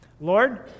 Lord